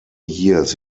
years